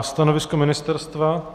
Stanovisko ministerstva?